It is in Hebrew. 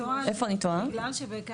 של רשות